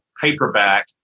paperback